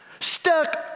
stuck